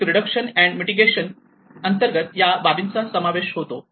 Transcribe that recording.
risk reduction and mitigation अंतर्गत या बाबींचा समावेश होतो